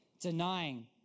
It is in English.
denying